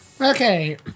Okay